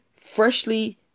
freshly